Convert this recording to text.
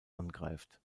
angreift